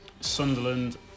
Sunderland